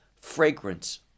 fragrance